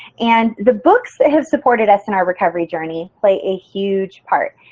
and the books that have supported us in our recovery journey play a huge part.